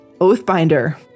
Oathbinder